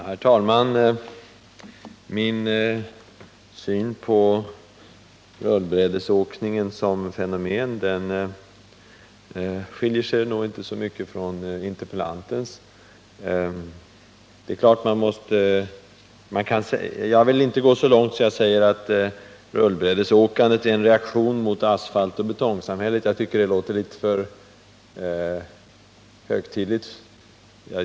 Herr talman! Min syn på rullbrädesåkningen som fenomen skiljer sig nog inte så mycket från interpellantens. Jag vill kanske inte hålla med om att rullbrädesåkandet är en reaktion mot asfaltoch betongsamhället — det låter litet för djupsinnigt.